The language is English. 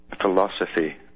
philosophy